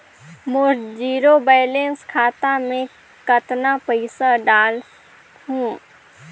मोर zero balance खाता मे कतना पइसा डाल हूं?